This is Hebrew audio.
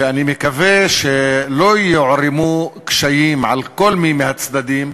ואני מקווה שלא יוערמו קשיים על מי מהצדדים,